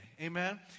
Amen